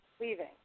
leaving